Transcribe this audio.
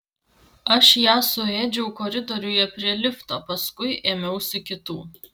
aš ją suėdžiau koridoriuje prie lifto paskui ėmiausi kitų